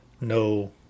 no